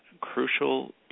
crucial